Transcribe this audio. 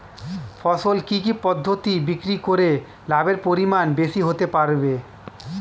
ফসল কি কি পদ্ধতি বিক্রি করে লাভের পরিমাণ বেশি হতে পারবে?